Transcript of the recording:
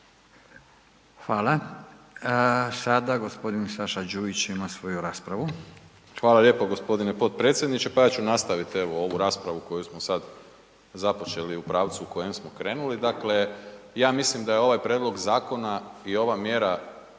Hvala. Sada gospodin Saša Đujić ima svoju raspravu. **Đujić, Saša (SDP)** Hvala lijepo gospodine potpredsjedniče. Pa ja ću nastavit evo ovu raspravu koju sad započeli u pravcu u kojem smo krenuli. Dakle, ja mislim da je ovaj prijedlog zakona i ova mjera